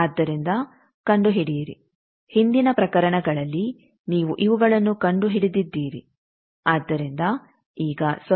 ಆದ್ದರಿಂದ ಕಂಡುಹಿಡಿಯಿರಿ ಹಿಂದಿನ ಪ್ರಕರಣಗಳಲ್ಲಿ ನೀವು ಇವುಗಳನ್ನು ಕಂಡುಹಿಡಿದಿದ್ದೀರಿ ಆದ್ದರಿಂದ ಈಗ 0